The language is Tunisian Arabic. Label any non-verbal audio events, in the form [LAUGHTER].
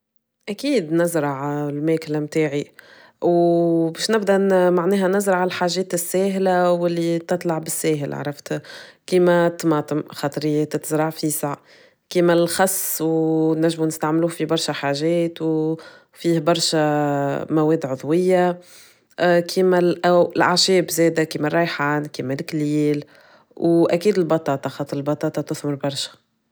اكيد نزرع [HESITATION] الماكلة متاعي وباش نبدا معناها نزرع الحاجات الساهلة واللي تطلع بالساهل عرفت كيما الطماطم خاطري تتزرع فيسا كيما الخس ونجمو نستعملوه في برشا حاجات وفيه برشا مواد عضوية كيما ال- أو الأعشاب زادة كيما الريحان كيما الاكليل، و أكيد البطاطا كيما البطاطا تطول برشا.